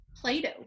Play-Doh